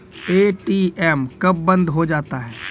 ATM कब बंद हो जाता हैं?